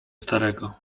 starego